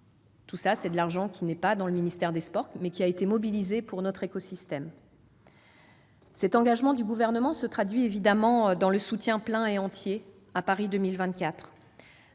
sont pas incluses dans le budget du ministère des sports, mais elles ont été mobilisées pour notre écosystème. L'engagement du Gouvernement se traduit également dans le soutien plein et entier à Paris 2024 ;